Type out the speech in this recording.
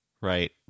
Right